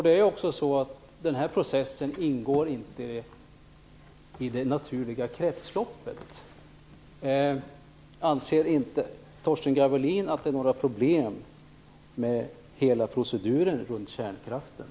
Det är också så att den här processen inte ingår i det naturliga kretsloppet. Anser inte Torsten Gavelin att det är några problem med hela proceduren runt kärnkraften?